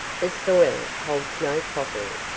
the soil holds no pottery,